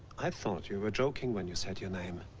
i thought you were joking when you said your name.